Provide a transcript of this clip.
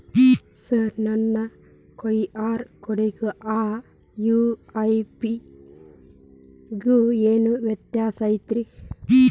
Sir ನನ್ನ QR ಕೊಡಿಗೂ ಆ ಯು.ಪಿ.ಐ ಗೂ ಏನ್ ವ್ಯತ್ಯಾಸ ಐತ್ರಿ?